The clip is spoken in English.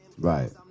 right